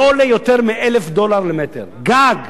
לא עולה יותר מ-1,000 דולר למטר, גג.